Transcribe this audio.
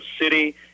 city